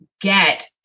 get